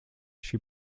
she